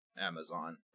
amazon